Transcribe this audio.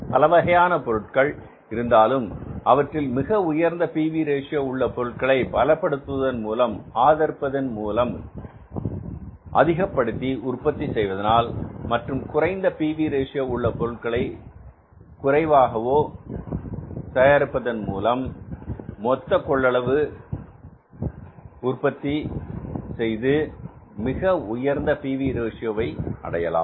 பலவகையான பொருட்கள் இருந்தாலும் அவற்றில் மிக உயர்ந்த P V ratio PV Ratio உள்ள பொருள்களை பலப்படுத்துவதன் மூலம் ஆதரிப்பதன் மூலமாகவும் அதிகப்படுத்தி உற்பத்தி செய்வதனால் மற்றும் குறைந்த P V ratio PV Ratio உள்ள பொருட்களை குறைவா தயாரிப்பதன் மூலமாகவும் மொத்த கொள்ளளவு இருக்கு உற்பத்தி செய்து மிக உயர்ந்த P V ratio PV Ratio அடையலாம்